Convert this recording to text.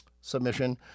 submission